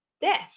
death